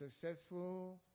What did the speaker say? successful